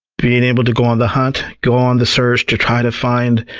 being able to go on the hunt, go on the search to try to find.